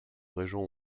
régent